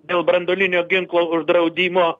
dėl branduolinio ginklo uždraudimo